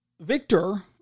Victor